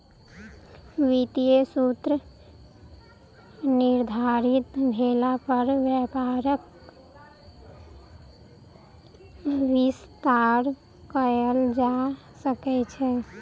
वित्तीय सूत्र निर्धारित भेला पर व्यापारक विस्तार कयल जा सकै छै